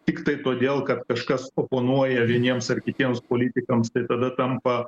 tiktai todėl kad kažkas oponuoja vieniems ar kitiems politikams tai tada tampa